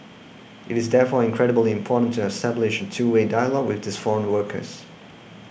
it is therefore incredibly important to establish two way dialogue with these foreign workers